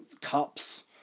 cups